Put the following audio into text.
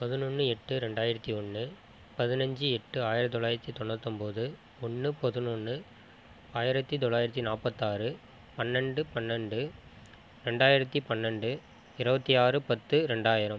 பதினொன்று எட்டு ரெண்டாயிரத்தி ஒன்று பதினஞ்சு எட்டு ஆயிரத்தி தொள்ளாயிரத்தி தொண்ணூற்றொம்போது ஒன்று பதினொன்று ஆயிரத்தி தொள்ளாயிரத்தி நாற்பத்தாறு பன்னெரெண்டு பன்னெரெண்டு ரெண்டாயிரத்தி பன்னெரெண்டு இருபத்தி ஆறு பத்து ரெண்டாயிரம்